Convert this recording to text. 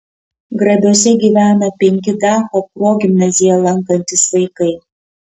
grabiuose gyvena penki dacho progimnaziją lankantys vaikai